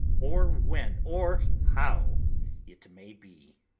or when, or how it may be.